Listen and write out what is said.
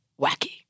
wacky